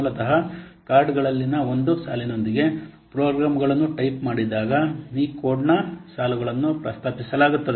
ಮೂಲತಃ ಕಾರ್ಡ್ಗಳಲ್ಲಿನ ಒಂದು ಸಾಲಿನೊಂದಿಗೆ ಪ್ರೋಗ್ರಾಂಗಳನ್ನು ಟೈಪ್ ಮಾಡಿದಾಗ ಈ ಕೋಡ್ನ ಸಾಲುಗಳನ್ನು ಪ್ರಸ್ತಾಪಿಸಲಾಗುತ್ತದೆ